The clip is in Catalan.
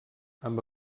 amb